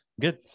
Good